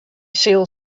sil